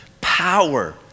power